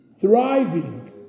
thriving